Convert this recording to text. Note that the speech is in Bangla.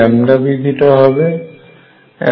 L2PP হবে